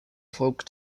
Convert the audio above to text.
folk